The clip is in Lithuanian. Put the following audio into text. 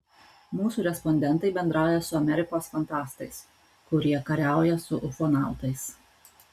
mūsų respondentai bendrauja su amerikos fantastais kurie kariauja su ufonautais